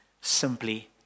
Simply